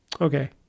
Okay